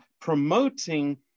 promoting